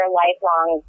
lifelong